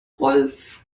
rolf